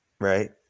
Right